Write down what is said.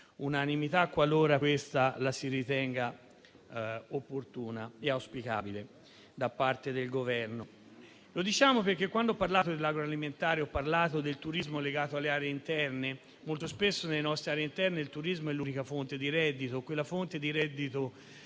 qualora la si ritenga veramente opportuna e auspicabile da parte del Governo. Lo diciamo perché, quando ho parlato dell'agroalimentare, ho parlato del turismo legato alle aree interne. Molto spesso nelle nostre aree interne il turismo è l'unica fonte di reddito o è quella fonte di reddito